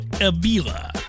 Avila